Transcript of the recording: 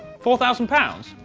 four thousand pounds?